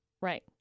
Right